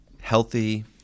healthy